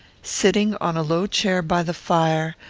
sitting on a low chair by the fire,